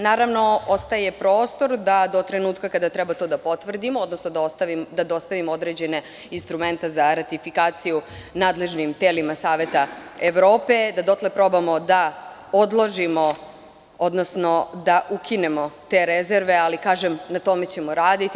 Naravno, ostaje prostor da do trenutka kada treba to da potvrdimo, odnosno da dostavimo određene instrumente za ratifikaciju nadležnim telima Saveta Evrope, da dotle probamo da odložimo, odnosno da ukinemo te rezerve, ali na tome ćemo raditi.